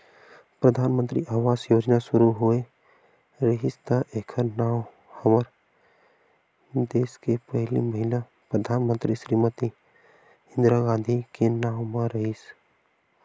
परधानमंतरी आवास योजना सुरू होए रिहिस त एखर नांव हमर देस के पहिली महिला परधानमंतरी श्रीमती इंदिरा गांधी के नांव म रिहिस